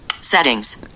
Settings